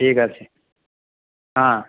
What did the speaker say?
ঠিক আছে হ্যাঁ